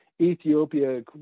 Ethiopia